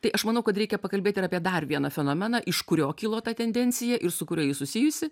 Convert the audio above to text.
tai aš manau kad reikia pakalbėt ir apie dar vieną fenomeną iš kurio kilo ta tendencija ir su kuriuo ji susijusi